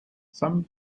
some